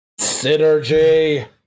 Synergy